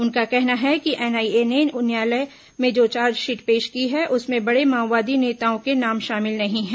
उनका कहना है कि एनआईए ने न्यायालय में जो चार्जशीट पेश की है उसमें बड़े माओवादी नेताओं के नाम शामिल नहीं है